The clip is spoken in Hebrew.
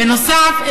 בנוסף,